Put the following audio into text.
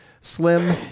slim